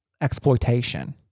exploitation